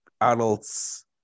adults